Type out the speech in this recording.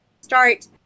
start